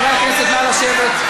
חברי הכנסת, נא לשבת.